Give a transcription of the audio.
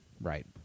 Right